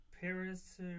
Paris